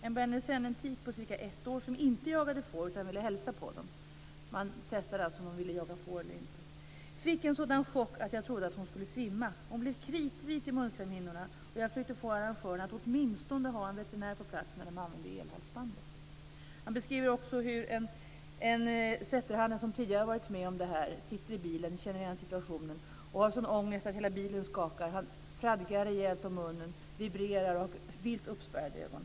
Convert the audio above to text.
En berner sennentik på cirka ett år som inte jagade får utan ville hälsa på dem - man testade alltså om hundarna ville jaga får eller inte - fick en sådan chock att jag trodde att hon skulle svimma. Hon blev kritvit i munslemhinnorna, och jag försökte få arrangörerna att åtminstone ha en veterinär på plats när de använde elhalsbandet. Han beskriver också hur en setterhane, som tidigare varit med om detta, sitter i en bil, känner igen situationen och har en sådan ångest att hela bilen skakar. Han fradgar rejält om munnen, vibrerar och har vitt uppspärrade ögon.